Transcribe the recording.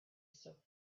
silk